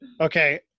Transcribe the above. Okay